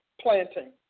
planting